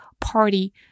party